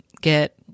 get